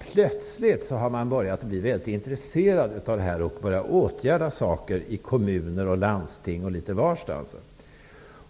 Plötsligt har man börjat vara väldigt intresserad av det här och börjat åtgärda saker. Det gäller i kommuner, i landsting och litet varstans.